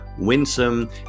winsome